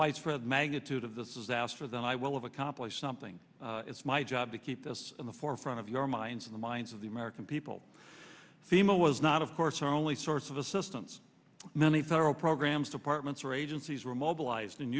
widespread magnitude of this is asked for then i will have accomplished something it's my job to keep this in the forefront of your minds in the minds of the american people fema was not of course our only source of assistance many federal programs departments or agencies were mobilized and